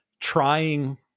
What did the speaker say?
trying